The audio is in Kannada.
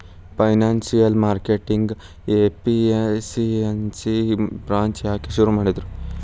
ಫೈನಾನ್ಸಿಯಲ್ ಮಾರ್ಕೆಟಿಂಗ್ ಎಫಿಸಿಯನ್ಸಿ ಬ್ರಾಂಚ್ ಯಾಕ್ ಶುರು ಮಾಡಿದ್ರು?